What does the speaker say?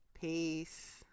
Peace